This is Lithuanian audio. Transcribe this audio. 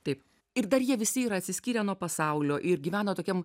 taip ir dar jie visi yra atsiskyrę nuo pasaulio ir gyveno tokiam